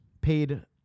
paid